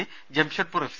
C Jamshedpur F